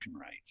rights